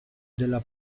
della